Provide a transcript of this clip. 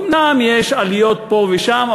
אומנם יש עליות פה ושם,